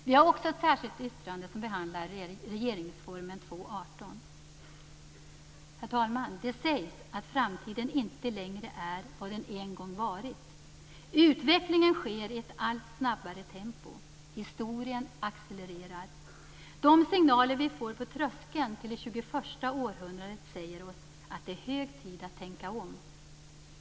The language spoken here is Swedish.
Vi har också ett särskilt yttrande som behandlar 2 Herr talman! Det sägs att framtiden inte längre är vad den en gång varit. Utvecklingen sker i ett allt snabbare tempo. Historien accelererar. De signaler vi får på tröskeln till det tjugoförsta århundradet säger oss att det är hög tid att tänka om.